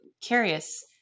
curious